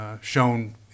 shown